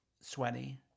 sweaty